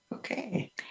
Okay